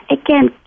Again